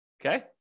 Okay